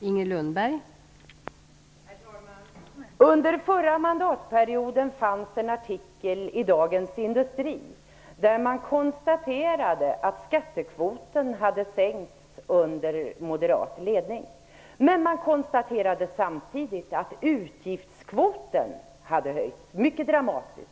Fru talman! Under förra mandatperioden fanns en artikel i Dagens Industri där man konstaterade att skattekvoten hade minskat under moderat ledning. Men man konstaterade samtidigt att utgiftskvoten hade ökat mycket dramatiskt.